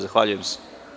Zahvaljujem se.